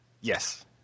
Yes